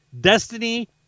Destiny